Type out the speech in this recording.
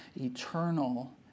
eternal